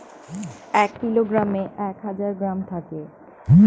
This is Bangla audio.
এক কিলোগ্রামে এক হাজার গ্রাম থাকে